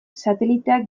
sateliteak